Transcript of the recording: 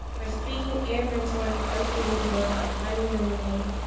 for speaking and mentoring our students during our finding lemonade